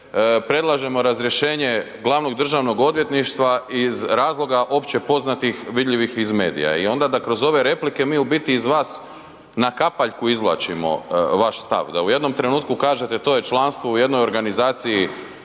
predlažemo razrješenje glavnog državnog odvjetništva iz razloga opće poznatih vidljivih iz medija i onda da kroz ove replike mi u biti iz vas na kapaljku izvlačimo vaš stav. Da u jednom trenutku kažete, to je članstvo u jednoj organizaciji